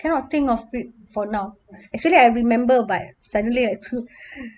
cannot think of it for now actually I remember but suddenly I